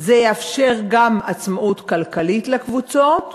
זה יאפשר גם עצמאות כלכלית לקבוצות,